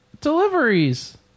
deliveries